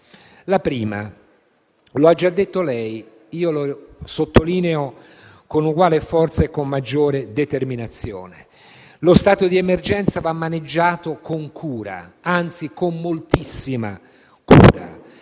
La prima l'ha già fatta lei e io la sottolineo con uguale forza e con maggiore determinazione: lo stato di emergenza deve essere maneggiato con cura, anzi, con moltissima cura,